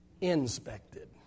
inspected